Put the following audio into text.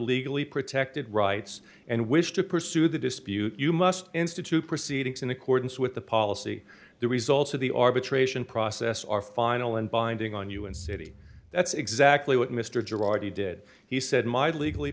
legally protected rights and wish to pursue the dispute you must institute proceedings in accordance with the policy the results of the arbitration process are final and binding on you and city that's exactly what mr gerardi did he said my legally